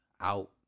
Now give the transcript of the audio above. out